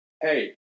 hey